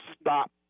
stop